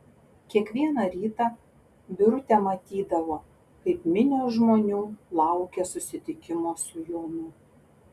kiekvieną rytą birutė matydavo kaip minios žmonių laukia susitikimo su jonu